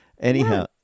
Anyhow